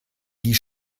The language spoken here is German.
die